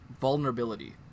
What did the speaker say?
vulnerability